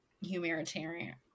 humanitarian